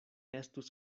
estus